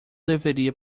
deveria